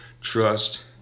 trust